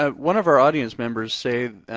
ah one of our audience members say,